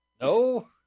No